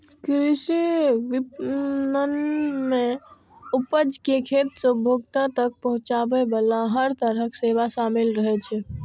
कृषि विपणन मे उपज कें खेत सं उपभोक्ता तक पहुंचाबे बला हर तरहक सेवा शामिल रहै छै